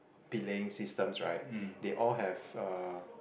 belaying systems right they all have uh